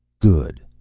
good.